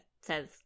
says